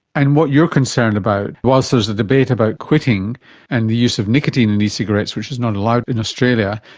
and what you're concerned about, whilst there's a debate about quitting and the use of nicotine in ecigarettes which is not allowed in australia,